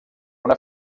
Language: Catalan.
una